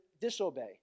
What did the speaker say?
disobey